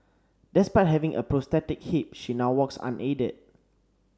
despite having a prosthetic hip she now walks unaided